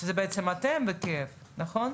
שזה בעצם אתם ו-KF, נכון?